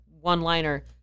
one-liner